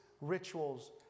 rituals